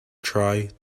try